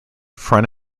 front